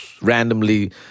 randomly